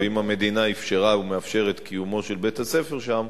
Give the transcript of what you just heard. ואם המדינה אפשרה או מאפשרת קיומו של בית-הספר שם,